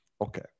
okay